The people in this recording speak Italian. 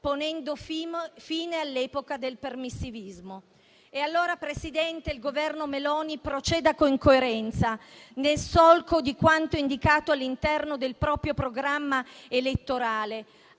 ponendo fine all'epoca del permissivismo. Signor Presidente, il Governo Meloni proceda con coerenza, nel solco di quanto indicato all'interno del proprio programma elettorale,